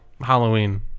Halloween